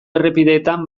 errepideetan